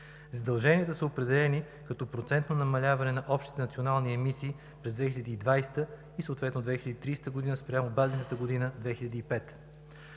Задълженията са определени като процентно намаляване на общите национални емисии през 2020 г. и съответно 2030 г., спрямо базисната година – 2005 г.